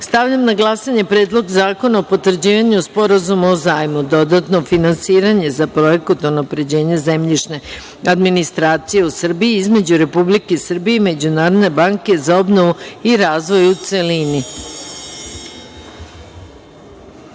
zakona. Stavljam na glasanje Predlog zakona o potvrđivanju Sporazuma o zajmu (Dodatno finansiranje za Projekat unapređenje zemljišne administracije u Srbiji) između Republike Srbije i Međunarodne banke za obnovu i razvoj, u